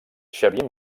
xavier